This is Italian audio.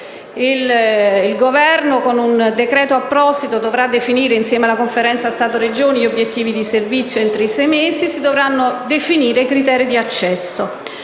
Il Governo, con un decreto apposito, dovrà definire, insieme alla Conferenza Stato-Regioni, gli obiettivi di servizio ed entro sei mesi si dovranno definire i criteri di accesso.